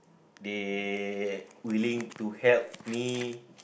they willing to help me